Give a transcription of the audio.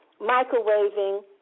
microwaving